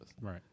Right